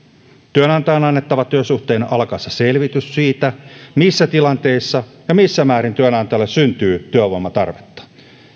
työnantajan on annettava työsuhteen alkaessa selvitys siitä missä tilanteessa ja missä määrin työnantajalle syntyy työvoimatarvetta